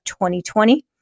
2020